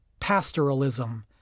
pastoralism